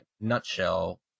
nutshell